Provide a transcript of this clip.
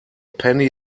penny